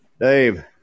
Dave